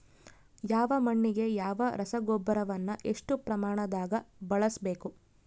ಯಾವ ಮಣ್ಣಿಗೆ ಯಾವ ರಸಗೊಬ್ಬರವನ್ನು ಎಷ್ಟು ಪ್ರಮಾಣದಾಗ ಬಳಸ್ಬೇಕು?